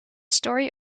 story